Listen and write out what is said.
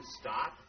stop